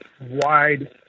wide